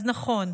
אז נכון,